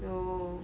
you know